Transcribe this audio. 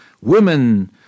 women